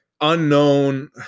unknown